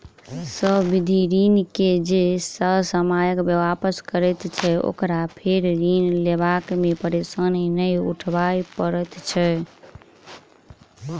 सावधि ऋण के जे ससमय वापस करैत छै, ओकरा फेर ऋण लेबा मे परेशानी नै उठाबय पड़ैत छै